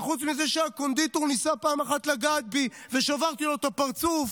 שחוץ מזה שהקונדיטור ניסה פעם אחת לגעת בי ושברתי לו את הפרצוף,